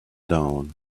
down